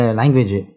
language